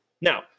now